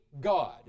God